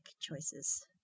choices